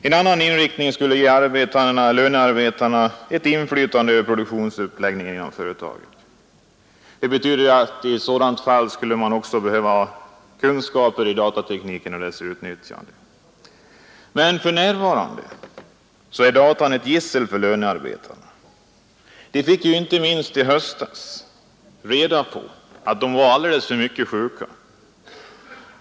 En annan inriktning skulle ge lönearbetarna ett inflytande över produktionsuppläggningen inom företagen. Detta betyder att man i sådant fall skulle behöva kunskaper om datatekniken och dess utnyttjande. Men för närvarande är datorn ett gissel för lönearbetarna. De fick i höstas reda på att de var alldeles för mycket sjuka.